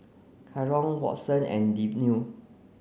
Caron Watson and Deanne